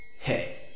Hey